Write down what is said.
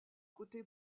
côté